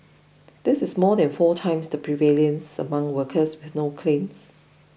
this is more than four times the prevalence among workers with no claims